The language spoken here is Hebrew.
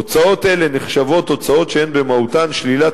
הוצאות אלה נחשבות הוצאות שהן במהותן שלילת